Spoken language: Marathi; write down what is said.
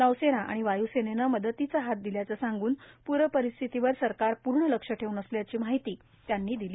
नौसेना आणि वाय्सेनेने मदतीचा हात दिल्याचे सांगून पूर परिस्थितीवर सरकार पूर्ण लक्ष ठेवून असल्याची माहिती त्यांनी दिली